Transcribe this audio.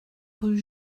rue